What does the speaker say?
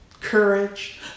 courage